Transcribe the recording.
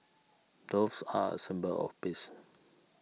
doves are a symbol of peace